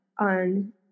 on